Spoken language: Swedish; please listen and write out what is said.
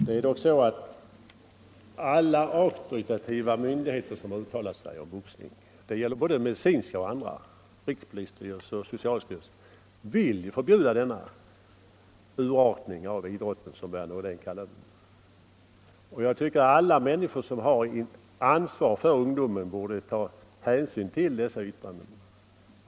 Det är dock så att alla auktoritativa myndigheter som har uttalat sig om boxning — det gäller både medicinska och andra myndigheter såsom rikspolisstyrelsen och socialstyrelsen — vill förbjuda denna urartning av idrotten, som Värner Rydén kallade boxningen. Jag tycker att alla människor som har ansvar för ungdomen borde ta hänsyn till dessa yttranden.